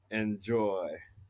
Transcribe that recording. enjoy